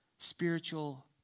Spiritual